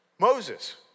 Moses